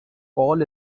call